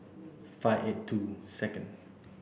five eight two second